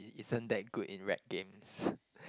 isn't that good in rec games